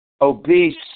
obese